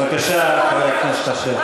בבקשה, חבר הכנסת אשר.